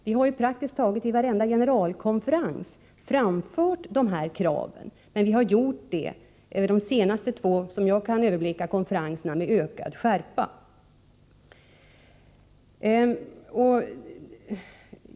Vi har ju praktiskt taget vid varenda generalkonferens framfört dessa krav, men vid de senaste två generalkonferenserna — som jag kan överblicka — har vi gjort det med ökad skärpa.